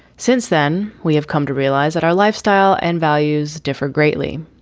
since then, we have come to realize that our lifestyle and values differ greatly.